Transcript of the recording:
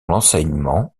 l’enseignement